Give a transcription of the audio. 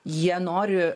jie nori